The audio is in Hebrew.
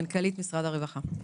מנכ"לית משרד הרווחה.